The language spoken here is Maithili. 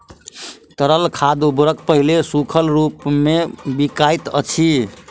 तरल खाद उर्वरक पहिले सूखल रूपमे बिकाइत अछि